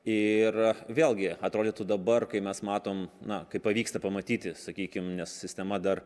ir vėlgi atrodytų dabar kai mes matom na kai pavyksta pamatyti sakykim nes sistema dar